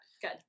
Good